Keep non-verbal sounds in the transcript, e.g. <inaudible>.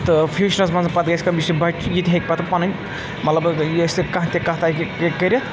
تہٕ فیوٗچرس منٛز پَتہٕ گژھِ کٲم یُس یہِ چھِ بَچہِ یہِ تہِ ہیٚکہِ پَتہٕ پَنٕنۍ مطلب یہِ <unintelligible> کانٛہہ تہِ کَتھ ہیٚکہِ کٔرِتھ